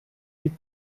with